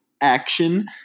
action